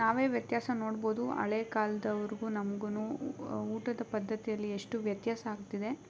ನಾವೇ ವ್ಯತ್ಯಾಸ ನೋಡ್ಬೌದು ಹಳೆ ಕಾಲ್ದವ್ರಿಗೂ ನಮ್ಗೂ ಊಟದ ಪದ್ಧತಿಯಲ್ಲಿ ಎಷ್ಟು ವ್ಯತ್ಯಾಸ ಆಗ್ತಿದೆ